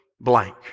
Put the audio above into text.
blank